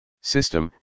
System